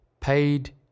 paid